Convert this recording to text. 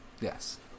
Yes